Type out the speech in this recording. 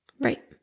Right